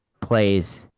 plays